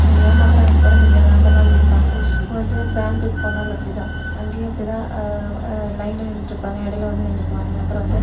ஏமாத்துறாங்கன்னு கூட தெரியாது அந்தமாதிரி இருப்பாங்கள் இப்போ வந்து பேங்க்குக்கு போனாலும் அப்படி தான் அங்கேயும் அப்படி தான் லைன்ல நின்னுகிட்டு இருப்பாங்கள் இடையில வந்து நின்னுக்குவாங்கள் அப்புறம் வந்து